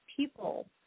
people